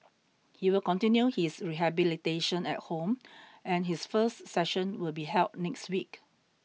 he will continue his rehabilitation at home and his first session will be held next week